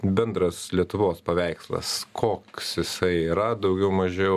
bendras lietuvos paveikslas koks jisai yra daugiau mažiau